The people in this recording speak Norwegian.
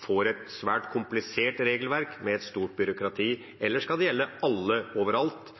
får et svært komplisert regelverk med et stort byråkrati, eller skal det gjelde alle overalt,